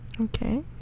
Okay